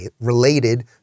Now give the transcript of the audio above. related